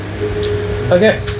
Okay